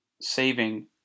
saving